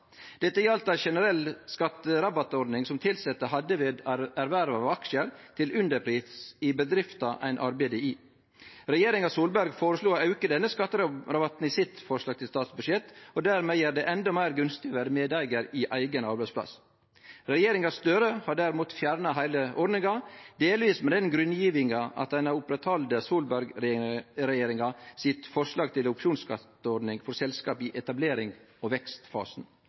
Dette gjaldt ei generell skatterabattordning som tilsette hadde ved erverv av aksjar til underpris i bedrifta ein arbeidde i. Regjeringa Solberg føreslo å auke denne skatterabatten i sitt forslag til statsbudsjett og dermed gjere det endå meir gunstig å vere medeigar i eigen arbeidsplass. Regjeringa Støre har derimot fjerna heile ordninga, delvis med den grunngjevinga at ein har oppretthalde Solberg-regjeringa sitt forslag til opsjonsskatteordning for selskap i etablerings- og vekstfasen.